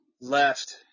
left